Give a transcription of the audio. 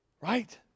right